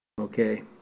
Okay